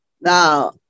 Now